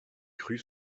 crues